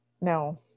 no